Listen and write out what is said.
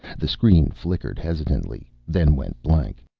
the screen flickered hesitantly, then went blank.